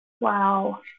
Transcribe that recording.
Wow